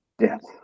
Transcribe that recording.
Yes